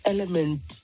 Element